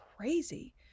crazy